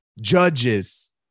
judges